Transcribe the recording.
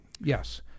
yes